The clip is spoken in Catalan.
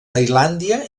tailàndia